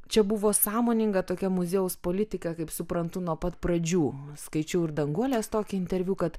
čia buvo sąmoninga tokia muziejaus politika kaip suprantu nuo pat pradžių skaičiau ir danguolės tokį interviu kad